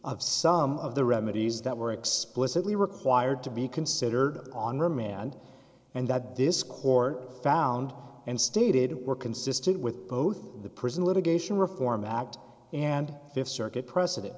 of some of the remedies that were explicitly required to be considered on remand and that this court found and stated were consistent with both the prison litigation reform act and fifth circuit precedent